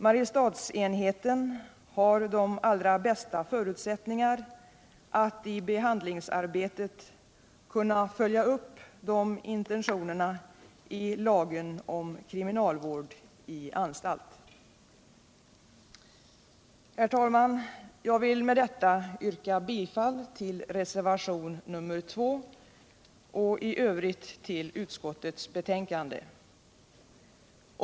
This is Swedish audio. Mariestadsenheten har de allra bästa förutsättningar för att i behandlingsarbetet följa upp intentionerna i lagen om kriminalvård i anstalt. Herr talman! Jag vill med detta yrka bifall till reservationen 2. I övrigt yrkar jag bifall till utskottets hemställan.